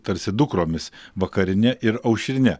tarsi dukromis vakarine ir aušrine